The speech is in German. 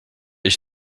ich